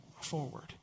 forward